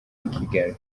kigali